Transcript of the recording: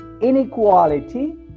inequality